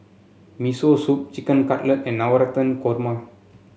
Miso Soup Chicken Cutlet and Navratan Korma